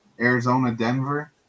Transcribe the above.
Arizona-Denver